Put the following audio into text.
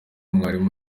mwarimu